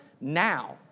now